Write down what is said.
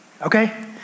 Okay